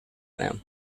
them